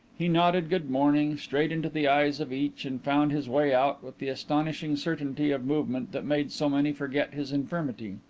he nodded good-morning straight into the eyes of each and found his way out with the astonishing certainty of movement that made so many forget his infirmity.